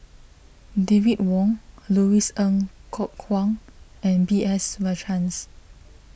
David Wong Louis Ng Kok Kwang and B S Rajhans